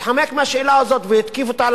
התחמק מהשאלה הזאת והתקיף אותה,